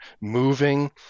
moving